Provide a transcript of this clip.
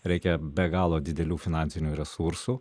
reikia be galo didelių finansinių resursų